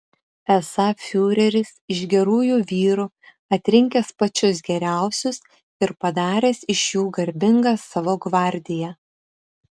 esą fiureris iš gerųjų vyrų atrinkęs pačius geriausius ir padaręs iš jų garbingą savo gvardiją